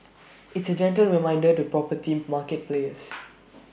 it's A gentle reminder to property market players